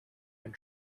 and